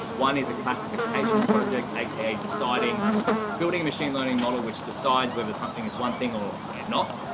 one is a classification project, aka deciding building a machine learning model, which decides whether something is one thing or not.